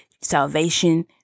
salvation